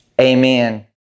amen